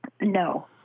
No